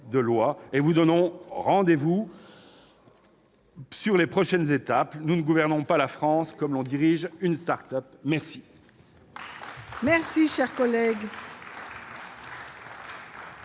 et nous vous donnons rendez-vous pour les prochaines étapes : on ne gouverne pas la France comme on dirige une start-up !